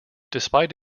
despite